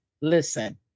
Listen